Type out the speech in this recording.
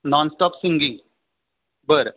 nonstop सिंगी बरं